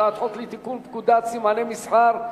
הצעת חוק לתיקון פקודת סימני מסחר (מס'